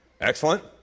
Excellent